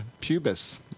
pubis